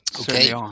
Okay